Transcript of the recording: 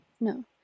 No